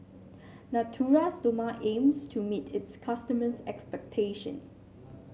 Natura Stoma aims to meet its customers' expectations